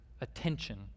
attention